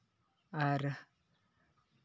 ᱟᱨ